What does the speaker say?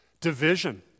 Division